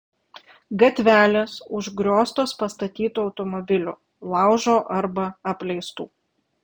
gatvelės užgrioztos pastatytų automobilių laužo arba apleistų